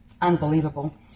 unbelievable